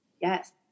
Yes